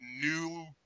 new